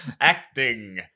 Acting